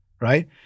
right